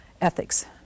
ethics